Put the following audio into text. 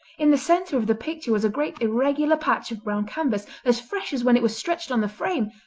in the centre of the picture was a great irregular patch of brown canvas, as fresh as when it was stretched on the frame.